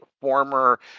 former